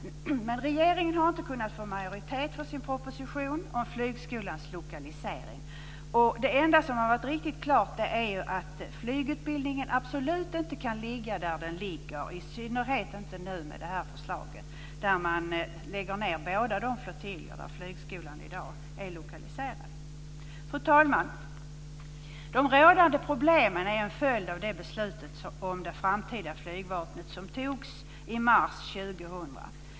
Regeringen har inte kunnat få majoritet för sin proposition om flygskolans lokalisering. Det enda som har varit riktigt klart är att flygutbildningen absolut inte kan ligga där den ligger, i synnerhet inte med det här förslaget som innebär att man lägger ned båda de flottiljer där flygskolan i dag är lokaliserad. Fru talman! De rådande problemen är en följd av beslutet om det framtida flygvapnet som fattades i mars 2000.